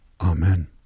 Amen